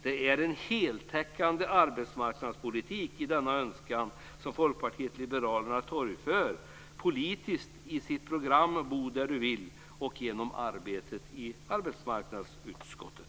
Det är en heltäckande arbetsmarknadspolitik i denna önskan som Folkpartiet liberalerna torgför politiskt i programmet Bo där Du vill och genom arbetet i arbetsmarknadsutskottet.